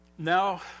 Now